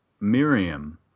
miriam